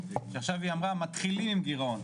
ועכשיו היא אמרה שמתחילים עם גירעון.